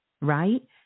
right